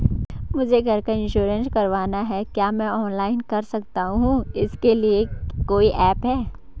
मुझे घर का इन्श्योरेंस करवाना है क्या मैं ऑनलाइन कर सकता हूँ इसके लिए कोई ऐप है?